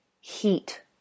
heat